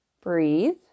breathe